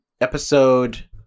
episode